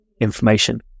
information